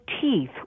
teeth